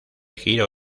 giro